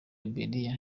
liberiya